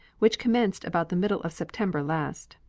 which commenced about the middle of september last.